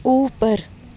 اوپر